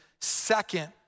Second